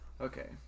Okay